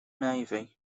navy